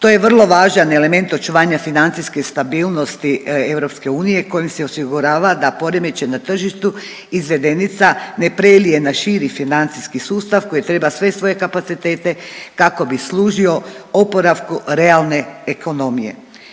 To je vrlo važan element očuvanja financijske stabilnosti EU kojim se osigurava da poremećaj na tržištu izvedenica ne prelije na širi financijski sustav koji treba sve svoje kapacitete kako bi služio oporavku realne ekonomije.